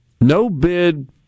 no-bid